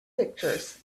pictures